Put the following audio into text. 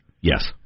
Yes